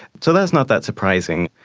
so that's not that surprising.